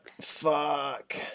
Fuck